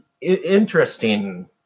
interesting